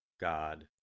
God